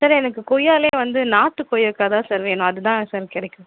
sir எனக்கு கொய்யாவிலே வந்து நாட்டு கொய்யாக்காய் தான் சார் வேணும் அது தான் சார் கிடைக்கல